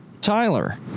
Tyler